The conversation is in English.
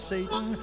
Satan